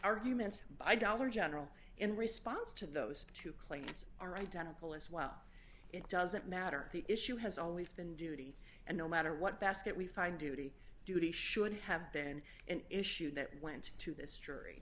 arguments by dollar general in response to those two claims are identical as well it doesn't matter the issue has always been duty and no matter what basket we find duty duty should have been an issue that went to this jury